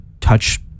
touch